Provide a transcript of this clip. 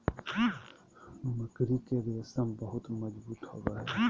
मकड़ी के रेशम बहुत मजबूत होवो हय